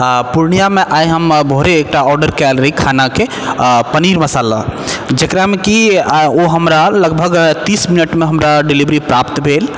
पूर्णियाँमे आइ हम भोरे एक टा ऑर्डर कयल रही खानाके पनीर मसाला जकरामे कि आओर ओ हमरा लगभग तीस मिनटमे हमरा डिलिवरी प्राप्त भेल